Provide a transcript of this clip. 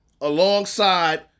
alongside